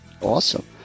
Awesome